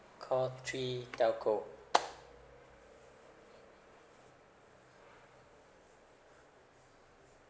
call three telco